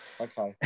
Okay